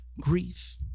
grief